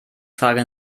frage